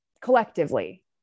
collectively